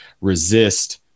resist